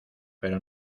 pero